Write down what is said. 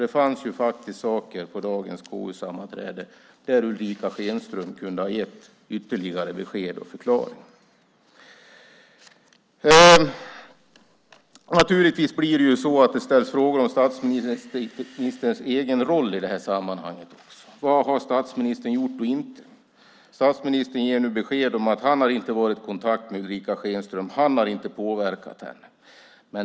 Det fanns faktiskt saker på dagens KU-sammanträde där Ulrica Schenström kunde ha gett ytterligare besked och förklaringar. Det ställs naturligtvis frågor om statsministerns egen roll i sammanhanget. Vad har statsministern gjort och inte? Statsministern ger nu besked om att han inte har varit i kontakt med Ulrica Schenström och inte påverkat henne.